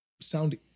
sound